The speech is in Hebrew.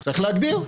צריך להגדיר.